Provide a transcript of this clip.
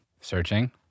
Searching